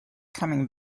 coming